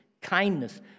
kindness